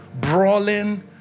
Brawling